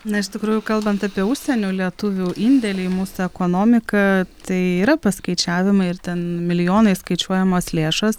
na iš tikrųjų kalbant apie užsienio lietuvių indėlį į mūsų ekonomiką tai yra paskaičiavimai ir ten milijonais skaičiuojamos lėšos